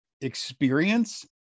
experience